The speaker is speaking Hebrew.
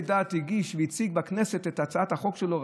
הדת מציג בכנסת את הצעת החוק שלו,